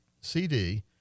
CD